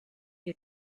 you